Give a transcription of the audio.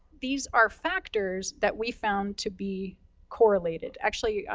these are factors that we found to be correlated. actually,